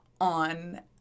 on